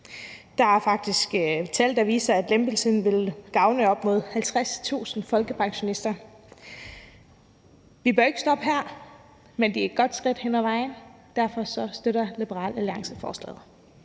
Der er faktisk tal, der viser, at lempelsen vil gavne op mod 50.000 folkepensionister. Vi bør ikke stoppe her, men det er et godt skridt på vejen. Derfor støtter Liberal Alliance forslaget.